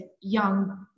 young